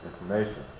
information